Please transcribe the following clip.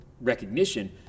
recognition